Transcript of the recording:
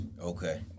Okay